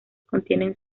contienen